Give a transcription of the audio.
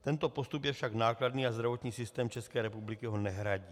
Tento postup je však nákladný a zdravotní systém České republiky ho nehradí.